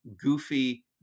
goofy